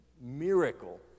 miracle